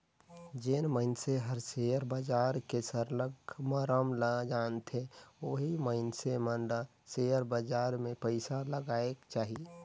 जेन मइनसे हर सेयर बजार के सरलग मरम ल जानथे ओही मइनसे मन ल सेयर बजार में पइसा लगाएक चाही